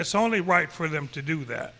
it's only right for them to do that